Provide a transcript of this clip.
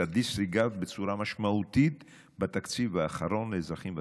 הדיסרגרד בצורה משמעותית בתקציב האחרון לאזרחים ותיקים,